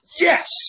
yes